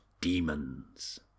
demons